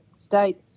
state